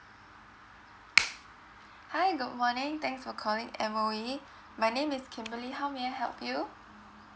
hi good morning thanks for calling M_O_E my name is kimberly how may I help you